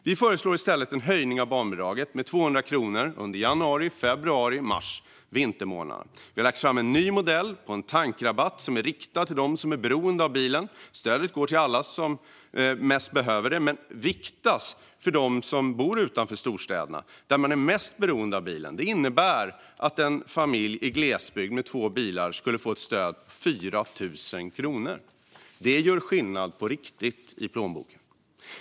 Vi föreslår i stället en höjning av barnbidraget med 200 kronor under vintermånaderna januari, februari och mars. Vi har lagt fram en ny modell på en tankrabatt som är riktad till dem som är beroende av bilen. Stödet går till alla som mest behöver det, men det viktas så att det mest träffar dem som bor utanför storstäderna, där man är mest beroende av bilen. Det innebär att en familj i glesbygd med två bilar skulle få ett stöd på 4 000 kronor. Det gör skillnad på riktigt i plånboken.